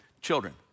children